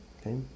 Okay